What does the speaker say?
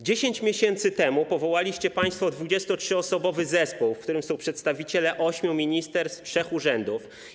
10 miesięcy temu powołaliście państwo 23-osobowy zespół, w którym są przedstawiciele ośmiu ministerstw, trzech urzędów.